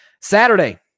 Saturday